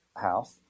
house